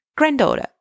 Granddaughter